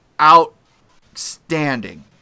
outstanding